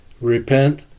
repent